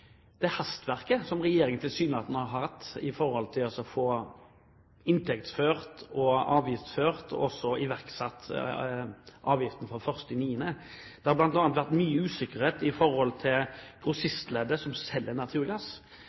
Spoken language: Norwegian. få inntektsført og avgiftsført – og så iverksatt avgiften fra 1. september. Det har bl.a. vært mye usikkerhet i forhold til grossistleddet som selger naturgass.